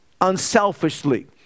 unselfishly